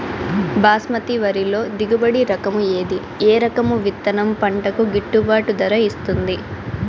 బాస్మతి వరిలో దిగుబడి రకము ఏది ఏ రకము విత్తనం పంటకు గిట్టుబాటు ధర ఇస్తుంది